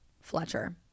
Fletcher